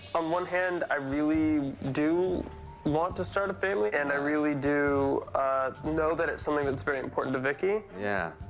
on one hand, i really do want to start a family, and i really do know that it's something that's very important to vicki. yeah.